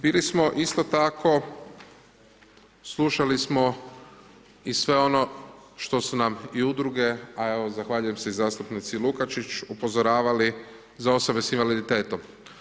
Bili smo isto tako slušali smo i sve ono što su nam i udruge, a evo zahvaljujem se i zastupnici Lukačić upozoravali za osobe s invaliditetom.